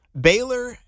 Baylor